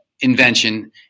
invention